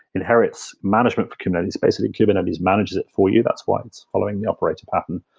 inherits management for kubernetes. basically kubernetes manages it for you, that's why it's following the operator pattern.